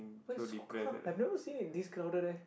wait so crow~ I've never seen it this crowded eh